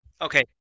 Okay